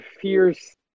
fierce